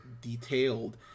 detailed